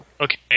okay